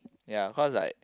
ya cause I